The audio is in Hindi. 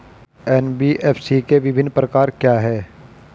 एन.बी.एफ.सी के विभिन्न प्रकार क्या हैं?